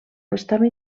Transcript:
estava